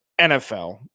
NFL